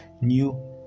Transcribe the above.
new